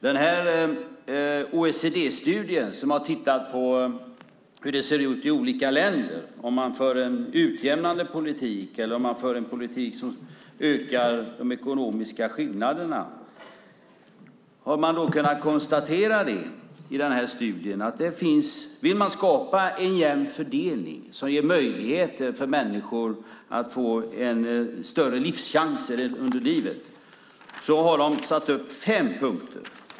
Den här OECD-studien har tittat på hur det ser ut i olika länder, om man för en utjämnande politik eller om man för en politik som ökar de ekonomiska skillnaderna. I studien har man satt upp fem punkter som gäller om man vill skapa en jämn fördelning som ger möjligheter för människor att få större chanser under livet.